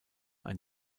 ein